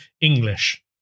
English